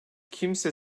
kimse